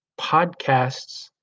podcasts